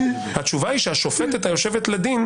התשובה היא שהשופטת היושבת לדין,